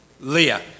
Leah